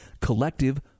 collective